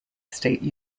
state